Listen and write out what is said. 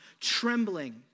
Trembling